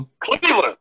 Cleveland